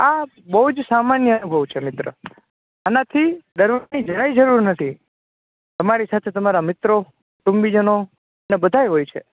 આ બહુ સામાન્ય અનુભવ છે મિત્ર આનાથી ડરવાની જરા કઈ જરૂર નથી તમારી સાથે તમારા મિત્ર કુટુંબીજનો ને બધાઈ હોય છે